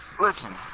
listen